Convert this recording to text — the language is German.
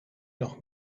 noch